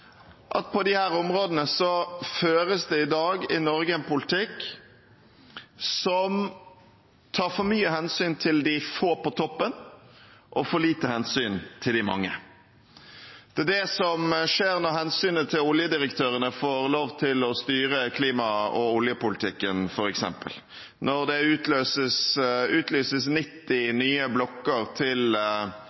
at på disse områdene føres det i Norge i dag en politikk som tar for mye hensyn til de få på toppen, og for lite hensyn til de mange. Det er det som skjer når f.eks. hensynet til oljedirektørene får lov til å styre klima- og oljepolitikken: når det utlyses 90 nye blokker til